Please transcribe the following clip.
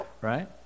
Right